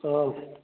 ꯑꯥꯎ